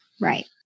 Right